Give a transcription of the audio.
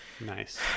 Nice